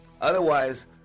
Otherwise